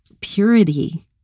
purity